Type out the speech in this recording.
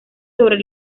sobre